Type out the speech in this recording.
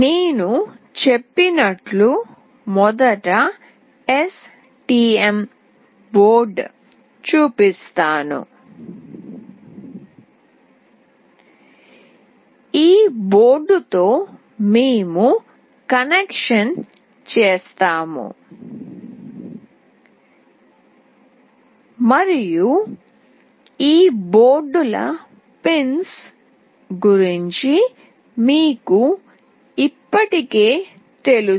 నేను చెప్పినట్లు మొదట STM బోర్డు చూపిస్తాను ఈ బోర్డుతో మేము కనెక్షన్ చేస్తాము మరియు ఈ బోర్డుల పిన్స్ గురించి మీకు ఇప్పటికే తెలుసు